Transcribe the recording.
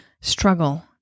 Struggle